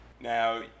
Now